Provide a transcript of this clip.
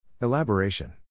Elaboration